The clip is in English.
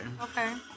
Okay